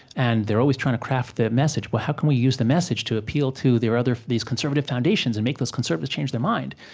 and they're always trying to craft the message well, how can we use the message to appeal to their other these conservative foundations and make those conservatives change their mind?